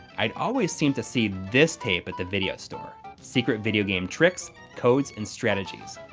i'd always seemed to see this tape at the video store secret video game tricks, codes and strategies.